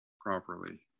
properly